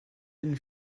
and